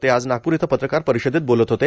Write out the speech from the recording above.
ते आज नागपूर इथं पत्रकार परिषदेत बोलत होते